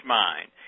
mind